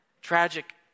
tragic